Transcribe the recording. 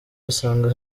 asanga